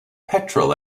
petrol